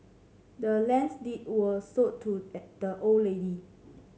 the land's deed was sold to the old lady